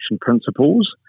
principles